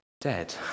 dead